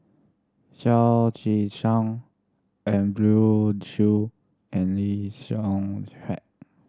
Chao Tzee Cheng Andrew Chew and Lee Xiong